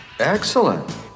Excellent